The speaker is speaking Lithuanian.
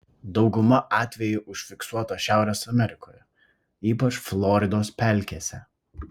dauguma atvejų užfiksuota šiaurės amerikoje ypač floridos pelkėse